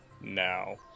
now